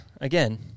again